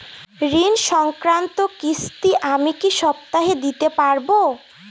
ঋণ সংক্রান্ত কিস্তি আমি কি সপ্তাহে দিতে পারবো?